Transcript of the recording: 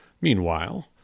Meanwhile